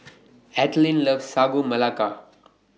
Ethelene loves Sagu Melaka